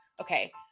okay